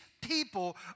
people